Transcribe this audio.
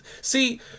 See